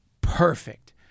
perfect